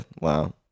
Wow